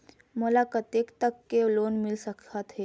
मोला कतेक तक के लोन मिल सकत हे?